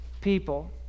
people